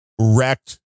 wrecked